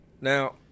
Now